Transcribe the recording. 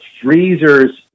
freezers